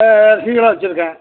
ஆ ஆ வைச்சுருக்கேன்